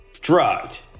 drugged